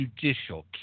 judicial